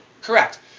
correct